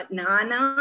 nana